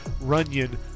Runyon